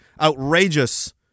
outrageous